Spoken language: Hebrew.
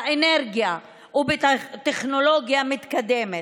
באנרגיה ובטכנולוגיה מתקדמת.